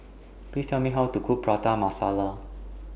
Please Tell Me How to Cook Prata Masala